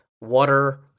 water